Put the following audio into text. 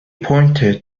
pointed